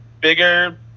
bigger